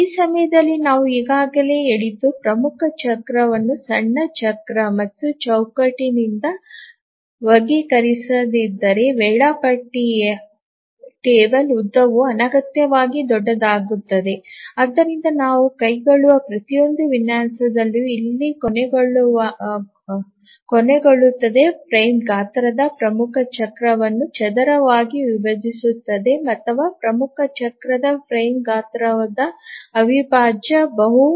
ಈ ಸಮಯದಲ್ಲಿ ನಾವು ಈಗಾಗಲೇ ಹೇಳಿದ್ದು ಪ್ರಮುಖ ಚಕ್ರವನ್ನು ಸಣ್ಣ ಚಕ್ರ ಮತ್ತು ಚೌಕಟ್ಟಿನಿಂದ ವರ್ಗೀಕರಿಸದಿದ್ದಲ್ಲಿ ವೇಳಾಪಟ್ಟಿ ಟೇಬಲ್ ಉದ್ದವು ಅನಗತ್ಯವಾಗಿ ದೊಡ್ಡದಾಗುತ್ತದೆ ಆದ್ದರಿಂದ ನಾವು ಕೈಗೊಳ್ಳುವ ಪ್ರತಿಯೊಂದು ವಿನ್ಯಾಸದಲ್ಲೂ ಇಲ್ಲಿ ಕೊನೆಗೊಳ್ಳುತ್ತದೆ ಫ್ರೇಮ್ ಗಾತ್ರವು ಪ್ರಮುಖ ಚಕ್ರವನ್ನು ಚದರವಾಗಿವಿಭಜಿಸುತ್ತದೆ ಅಥವಾ ಪ್ರಮುಖ ಚಕ್ರವು ಫ್ರೇಮ್ ಗಾತ್ರದ ಅವಿಭಾಜ್ಯ ಬಹು